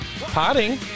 potting